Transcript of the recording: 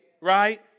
right